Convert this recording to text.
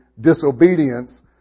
disobedience